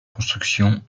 constructions